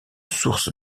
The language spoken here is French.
source